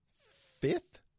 Fifth